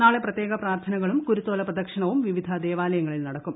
നാളെ പ്രത്യേക പ്രാർത്ഥനകളും കൂരൂത്തോല പ്രദക്ഷിണവും വിവിധ ദേവാലയങ്ങളിൽ നടക്കും